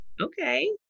Okay